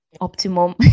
Optimum